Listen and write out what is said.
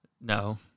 No